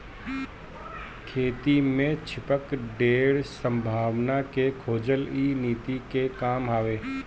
खेती में छिपल ढेर संभावना के खोजल इ नीति के काम हवे